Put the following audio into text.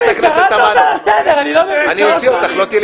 קראת אותה לסדר, אני לא מבין, שלוש פעמים.